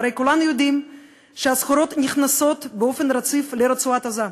הרי כולנו יודעים שהסחורות נכנסות באופן רציף לרצועת-עזה.